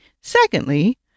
Secondly